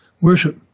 worship